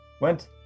went